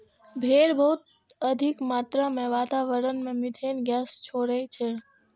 भेड़ बहुत अधिक मात्रा मे वातावरण मे मिथेन गैस छोड़ै छै